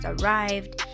arrived